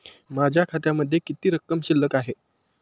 माझ्या खात्यामध्ये किती रक्कम शिल्लक आहे?